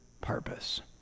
purpose